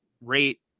rate